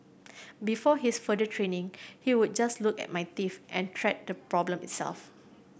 before his further training he would just look at my teeth and treat the problem itself